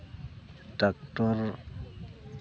tractor